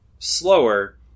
Slower